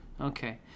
okay